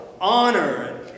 honor